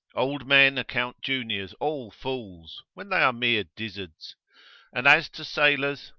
old men account juniors all fools, when they are mere dizzards and as to sailors,